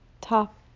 top